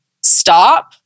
stop